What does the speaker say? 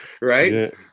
Right